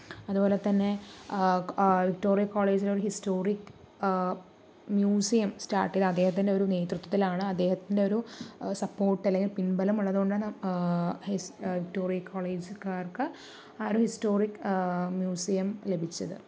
അതുപോലെ തന്നെ Victoria college historic museum start ചെയ്തത് അദ്ദേഹത്തിൻ്റെ ഒരു നേതൃത്വത്തിലാണ് അദ്ദേഹത്തിൻ്റെ ഒരു സപ്പോർട്ടിൽ അല്ലെങ്കിൽ പിൻബലം ഉള്ളതുകൊണ്ടാണ് ഹി വിക്ടോറിയ കോളേജുകാർക്ക് ആ ഒരു ഹിസ്റ്റോറിക് മ്യൂസിയം ലഭിച്ചത്